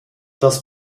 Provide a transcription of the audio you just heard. das